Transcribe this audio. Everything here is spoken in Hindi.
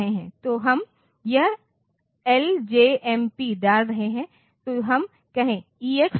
तो हम यह ljmp डाल रहे हैं तो हम कहें EX7ISR